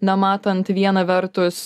na matant viena vertus